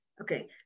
Okay